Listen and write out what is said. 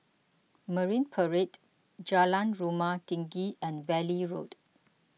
Marine Parade Jalan Rumah Tinggi and Valley Road